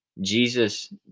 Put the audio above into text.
Jesus